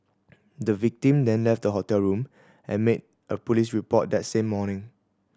the victim then left the hotel room and made a police report that same morning